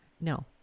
No